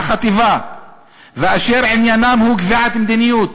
החטיבה ואשר עניינן הוא קביעת מדיניות,